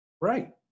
Right